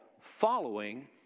following